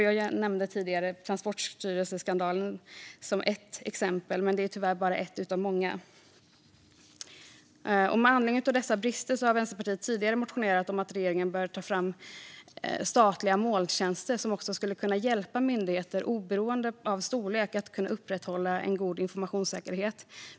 Jag nämnde tidigare Transportstyrelseskandalen som ett exempel, men det är tyvärr bara ett av många. Med anledning av dessa brister har Vänsterpartiet tidigare motionerat om att regeringen bör ta fram statliga molntjänster som också skulle kunna hjälpa myndigheter, oberoende av storlek, att upprätthålla en god informationssäkerhet.